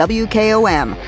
wkom